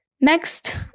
Next